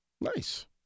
Nice